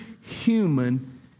human